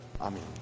Amen